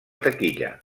taquilla